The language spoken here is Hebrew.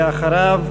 ואחריו,